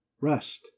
rest